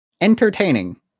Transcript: Entertaining